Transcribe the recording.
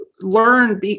learn